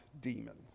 demons